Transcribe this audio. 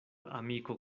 amiko